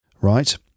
Right